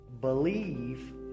believe